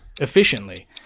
efficiently